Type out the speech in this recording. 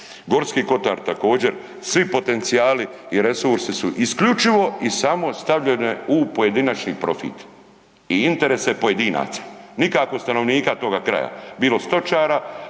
Gorski kotar, također, svi potencijali i resursi su isključivo i samo stavljene u pojedinačni profit i interese pojedinaca. Nikako stanovnika toga kraja, bilo stočara,